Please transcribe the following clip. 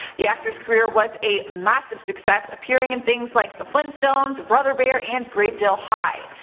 the actor's career was a massive success, appearing in things like the flinstones, brother bear, and gravedale high.